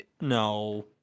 No